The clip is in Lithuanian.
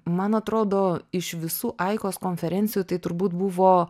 man atrodo iš visų aikos konferencijų tai turbūt buvo